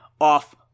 off